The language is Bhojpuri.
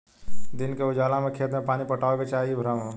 दिन के उजाला में खेत में पानी पटावे के चाही इ भ्रम ह